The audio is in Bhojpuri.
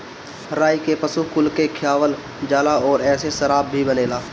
राई के पशु कुल के खियावल जाला अउरी एसे शराब भी बनेला